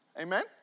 amen